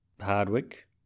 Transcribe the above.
Hardwick